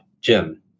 Jim